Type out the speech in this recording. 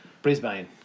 Brisbane